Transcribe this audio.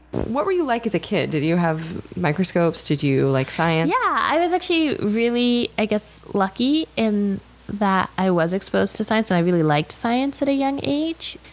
what were you like as a kid? did you have microscopes, did you like science? yeah, i was actually really, i guess, lucky, in that i was exposed to science and i really liked science at a young age.